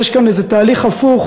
יש כאן איזה תהליך הפוך,